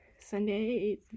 sunday